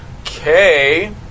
Okay